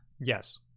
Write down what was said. Yes